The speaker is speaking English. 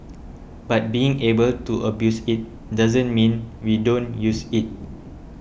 but being able to abuse it doesn't mean we don't use it